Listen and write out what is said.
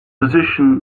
position